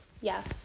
yes